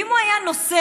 ואם הוא היה נוסע,